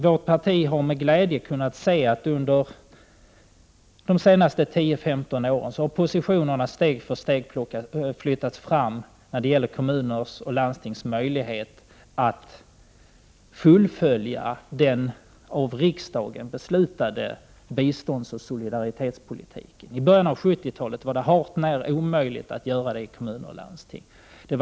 Vårt parti har med glädje kunnat se 41 att positionerna under de senaste 10-15 åren steg för steg har flyttats fram när det gäller kommuners och landstings möjligheter att fullfölja den av riksdagen beslutade biståndsoch solidaritetspolitiken. I början av 1970-talet var det hart när omöjligt.